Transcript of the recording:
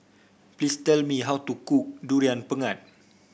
please tell me how to cook Durian Pengat